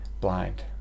blind